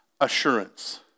assurance